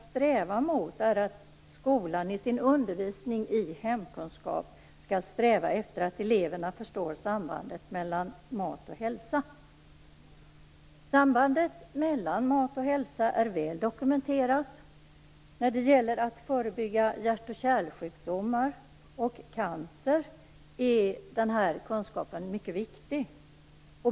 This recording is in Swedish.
Skolan skall i sin undervisning i hemkunskap sträva efter att eleverna förstår sambandet mellan mat och hälsa. Sambandet mellan mat och hälsa är väl dokumenterat. När det gäller att förebygga hjärt och kärlsjukdomar och cancer är kunskapen om detta mycket viktig.